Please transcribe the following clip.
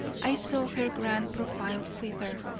i saw her grand profile quiver,